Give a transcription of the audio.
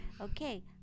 Okay